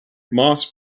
moss